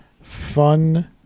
Fun